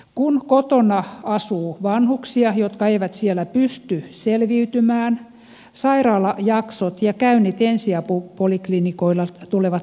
kun kotona asuu vanhuksia jotka eivät siellä pysty selviytymään sairaalajaksot ja käynnit ensiapupoliklinikoilla tulevat lisääntymään